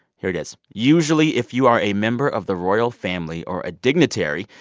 here it is usually, if you are a member of the royal family or a dignitary,